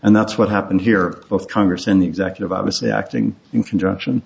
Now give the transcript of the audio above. and that's what happened here of congress in the executive obviously acting in conjunction